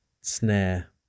snare